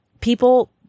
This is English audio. People